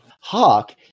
Hawk